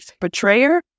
betrayer